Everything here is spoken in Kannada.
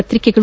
ಪತ್ರಿಕೆಗಳು